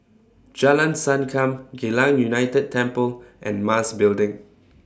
Jalan Sankam Geylang United Temple and Mas Building